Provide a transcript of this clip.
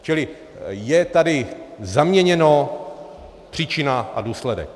Čili je tady zaměněna příčina a důsledek.